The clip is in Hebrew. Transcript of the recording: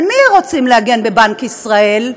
על מי רוצים להגן בבנק ישראל?